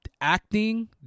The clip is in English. acting